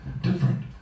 different